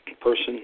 person